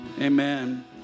amen